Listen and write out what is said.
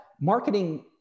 marketing